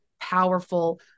powerful